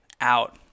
out